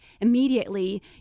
immediately